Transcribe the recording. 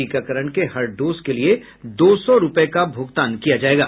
टीकाकरण के हर डोज के लिए दो सौ रूपये का भुगतान किया जायेगा